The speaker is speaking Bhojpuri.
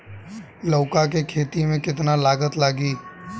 लौका के खेती में केतना लागत लागी?